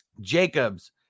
Jacobs